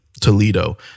Toledo